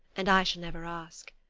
and i shall never ask.